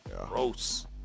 gross